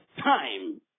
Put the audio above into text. time